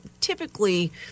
typically